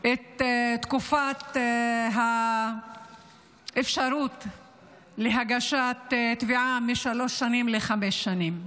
את תקופת האפשרות להגשת תביעה משלוש שנים לחמש שנים.